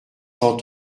cent